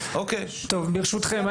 ברשותכם,